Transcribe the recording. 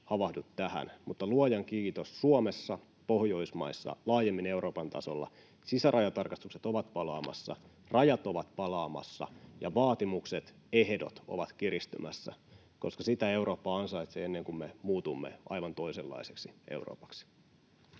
mutta luojan kiitos, Suomessa, Pohjoismaissa, laajemmin Euroopan tasolla sisärajatarkastukset ovat palaamassa, rajat ovat palaamassa ja vaatimukset, ehdot ovat kiristymässä, koska sen Eurooppa ansaitsee ennemmin kuin sen, että me muutumme aivan toisenlaiseksi Euroopaksi.